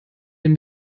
den